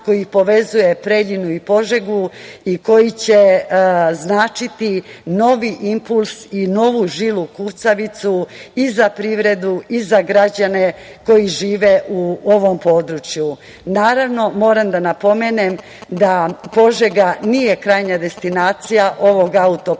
koji povezuje Preljinu i Požegu i koji će značiti novi impuls i novu žilu kucavicu, i za privredu i za građane koji žive u ovom području. Naravno, moram da napomenem da Požega nije krajnja destinacija ovog autoputa,